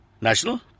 National